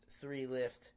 three-lift